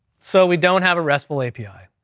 so we don't have a restful api,